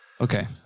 Okay